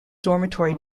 dormitory